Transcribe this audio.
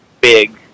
big